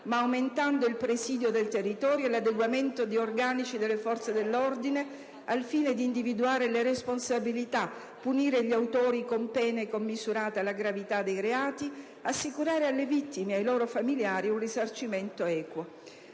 aumentando il presidio del territorio e l'adeguamento degli organici delle forze dell'ordine, al fine di individuare le responsabilità, punire gli autori con pene commisurate alla gravità dei reati ed assicurare alle vittime e ai loro familiari un risarcimento equo.